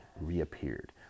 reappeared